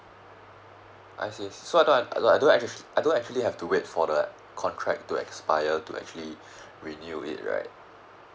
I see so I don't have I don't actually have to wait for the contract to expire to actually renew it right